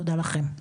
תודה לכם.